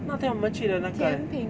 那天我们去的那个 eh